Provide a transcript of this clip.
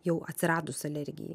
jau atsiradus alergijai